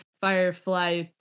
Firefly